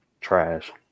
Trash